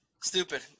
Stupid